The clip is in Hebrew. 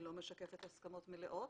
היא לא משקפת הסכמות מלאות.